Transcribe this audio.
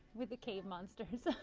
with the cave monsters. ah